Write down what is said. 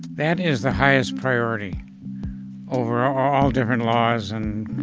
that is the highest priority over all different laws and